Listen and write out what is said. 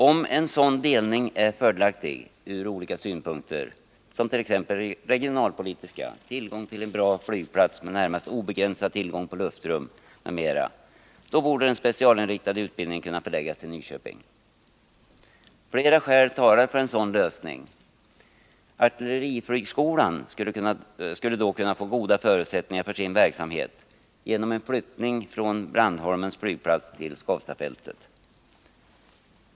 Om en sådan delning är fördelaktig ur olika synpunkter — regionalpolitiska synpunkter, tillgång till en bra flygplats med närmast obegränsad tillgång på luftrum m.m. — borde den specialinriktade utbildningen förläggas till Nyköping. Flera skäl talar för en sådan lösning. Artilleriflygskolan skulle då kunna få goda förutsättningar för sin verksamhet genom en flyttning från Brandholmens flygplats till Skavstafältet.